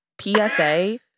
psa